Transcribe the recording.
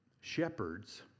shepherds